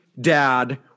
dad